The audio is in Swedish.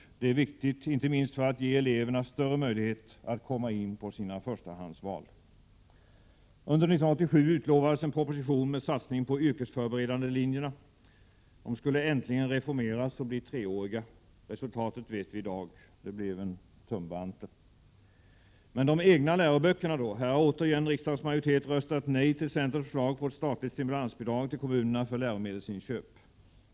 Detta är viktigt, inte minst för att ge eleverna större möjlighet att komma in på sina förstahandsval. Under 1987 utlovades en proposition med satsning på de yrkesförberedande linjerna. De skulle äntligen reformeras och bli treåriga. Resultatet vet vi i dag. Det blev en vanttumme. De egna läroböckerna då? Här har återigen riksdagens majoritet röstat nej till centerns förslag på ett statligt stimulansbidrag till kommunera för läromedelsinköp.